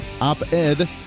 op-ed